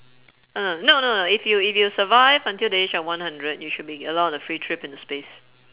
oh no no no no if you if you survive until the age of one hundred you should be allowed a free trip into space